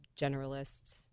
generalist